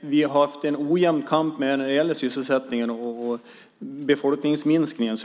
Vi har haft en ojämn kamp när det gäller sysselsättningen och befolkningsminskningen.